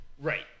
Right